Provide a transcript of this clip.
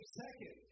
second